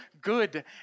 good